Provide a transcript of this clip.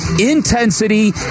intensity